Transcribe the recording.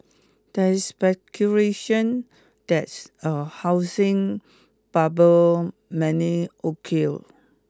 there is speculation that's a housing bubble many occur